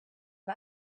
das